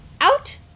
out